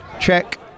Check